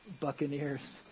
Buccaneers